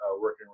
working